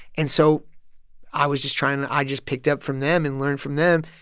and so i was just trying and i just picked up from them and learned from them,